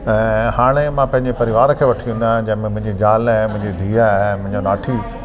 ऐं हाणे मां पंहिंजे परिवार खे वठी वेंदो आहिंयां जंहिंमें मुंहिंजी ज़ाल ऐं मुंहिंजी धीअ आहे ऐं मुंहिंजा नाठी